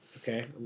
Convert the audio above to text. Okay